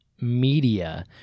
media